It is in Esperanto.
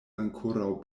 ankoraŭ